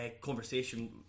conversation